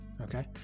okay